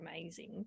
amazing